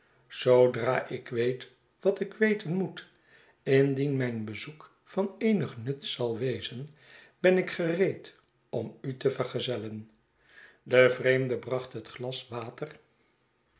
zoodra ik weet wat ik weten moet indien mijn bezoek van eenignut zal wezen ben ik gereed om u te vergezellen de vreemde bracht het glas water